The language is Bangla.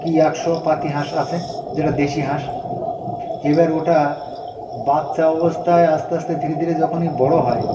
কি একশো পাতি হাঁস আছে যেটা দেশি হাঁস এবার ওটা বাচ্চা অবস্থায় আস্তে আস্তে ধীরে ধীরে যখনই বড় হয়